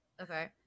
okay